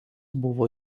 buvo